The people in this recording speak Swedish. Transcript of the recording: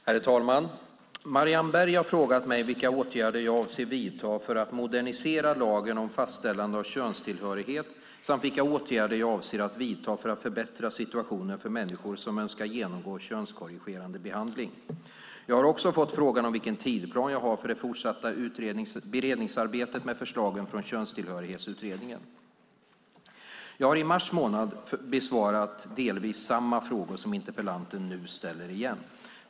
Herr talman! Marianne Berg har frågat mig vilka åtgärder jag avser att vidta för att modernisera lagen om fastställande av könstillhörighet samt vilka åtgärder jag avser att vidta för att förbättra situationen för människor som önskar genomgå könskorrigerande behandling. Jag har också fått frågan om vilken tidsplan jag har för det fortsatta beredningsarbetet med förslagen från Könstillhörighetsutredningen. Jag har i mars månad i år besvarat delvis samma frågor som interpellanten nu ställer igen.